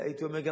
הייתי אומר,